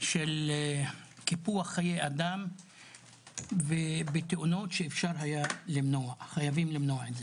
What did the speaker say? של קיפוח חיי אדם בתאונות שחייבים למנוע אותן.